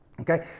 okay